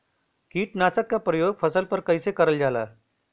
कीटनाशक क प्रयोग फसल पर कइसे करल जाला?